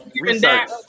research